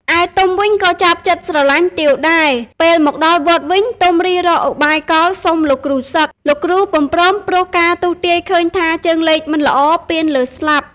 ឯទុំវិញក៏ចាប់ចិត្តស្រឡាញ់ទាវដែរ ពេលមកដល់វត្តវិញ ទុំរិះរកឧបាយកលសុំលោកគ្រូសឹក លោកគ្រូពុំព្រមព្រោះការទស្សទាយឃើញថាជើងលេខមិនល្អពានលើស្លាប់ ។